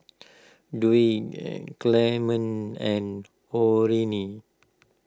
Dwight and Clement and Orene